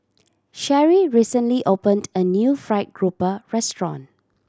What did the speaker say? Sherrie recently opened a new fried grouper restaurant